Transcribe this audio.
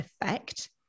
effect